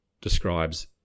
describes